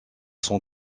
son